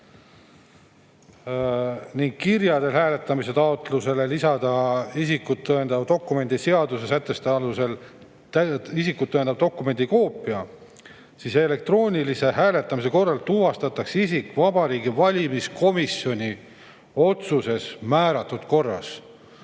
ning kirja teel hääletamise taotlusele tuleb isikut tõendavate dokumentide seaduse sätete alusel lisada isikut tõendava dokumendi koopia, siis elektroonilise hääletamise korral tuvastatakse isik Vabariigi Valimiskomisjoni otsuses määratud korras.